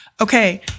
okay